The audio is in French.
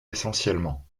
essentiellement